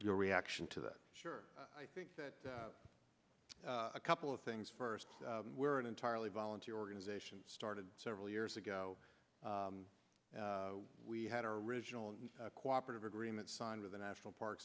your reaction to that sure i think that a couple of things first were an entirely volunteer organization started several years ago we had our original cooperative agreement signed with the national park